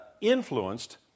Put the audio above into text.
influenced